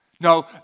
No